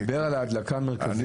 הוא דיבר על ההדלקה המרכזית.